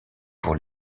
pour